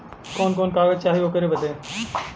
कवन कवन कागज चाही ओकर बदे?